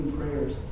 prayers